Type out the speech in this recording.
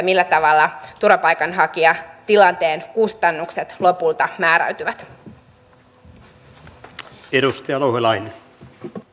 perustuslain mukaan kansanedustajan tulee esiintyä vakaasti ja arvokkaasti